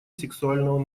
сексуального